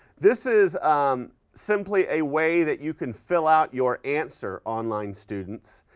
this is um simply a way that you can fill out your answer, online students,